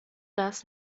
das